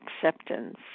acceptance